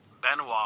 Benoit